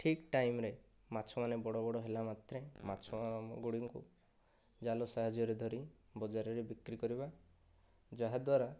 ଠିକ ଟାଇମରେ ମାଛ ମାନେ ବଡ଼ ବଡ଼ ହେଲା ମାତ୍ରେ ମାଛ ଗୁଡ଼ିଙ୍କୁ ଜାଲ ସାହାଯ୍ୟରେ ଧରି ବଜାରରେ ବିକ୍ରି କରିବା ଯାହାଦ୍ୱାରା